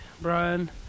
Brian